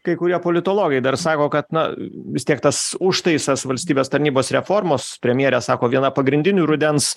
kai kurie politologai dar sako kad na vis tiek tas užtaisas valstybės tarnybos reformos premjerė sako viena pagrindinių rudens